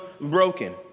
broken